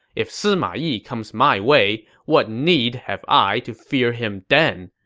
if sima yi comes my way, what need have i to fear him then?